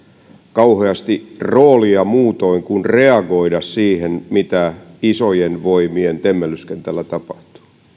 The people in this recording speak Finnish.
kauheasti roolia muutoin kuin reagoida siihen mitä isojen voimien temmellyskentällä tapahtuu